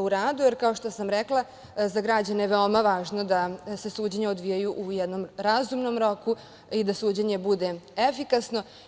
u radu, jer kao što sam rekla, za građane je veoma važno da se suđenja odvijaju u jednom razumnom roku i da suđenje bude efikasno.